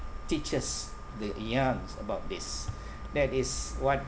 teachers the young's about this that is what